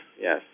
yes